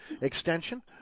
extension